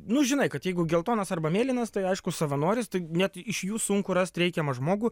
nu žinai kad jeigu geltonas arba mėlynas tai aišku savanoris tai net iš jų sunku rast reikiamą žmogų